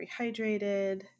rehydrated